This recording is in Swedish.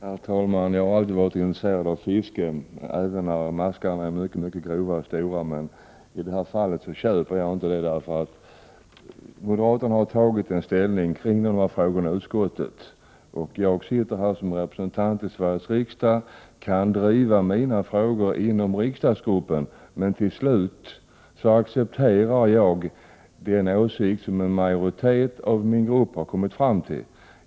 Herr talman! Jag har alltid varit intresserad av fiske, även när maskorna är mycket grova, men i det här fallet nappar jag inte. Moderaterna har tagit ställning kring de här frågorna i utskottet. Som representant i Sveriges riksdag kan jag driva mina frågor inom riksdagsgruppen, men till slut accepterar jag den åsikt som en majoritet av min grupp har kommit fram till.